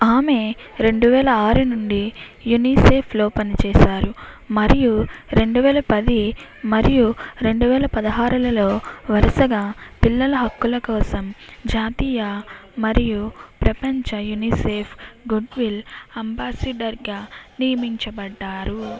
ఆమె రెండు వేల ఆరు నుండి యునిసెఫ్లో పనిచేసారు మరియు రెండు వేల పది మరియు రెండు వేల పదహారులలో వరుసగా పిల్లల హక్కుల కోసం జాతీయ మరియు ప్రపంచ యూనిసెఫ్ గుడవిల్ అంబాసిడర్గా నియమించబడ్డారు